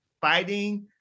fighting